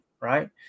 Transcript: right